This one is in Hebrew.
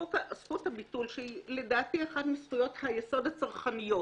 לזכות הביטול, שהיא אחת מזכויות היסוד הצרכניות